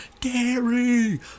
Gary